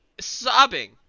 sobbing